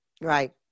Right